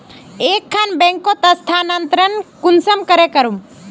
एक खान बैंकोत स्थानंतरण कुंसम करे करूम?